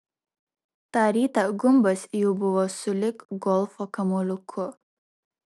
tą rytą gumbas jau buvo sulig golfo kamuoliuku